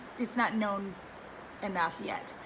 it's not known enough yet.